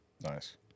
Nice